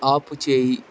ఆపుచేయి